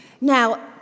Now